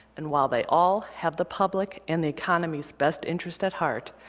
and while they all have the public and the economy's best interest at heart,